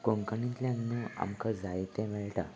कोंकणीतल्यान न्हू आमकां जायतें मेळटा